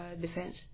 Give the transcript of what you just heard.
defense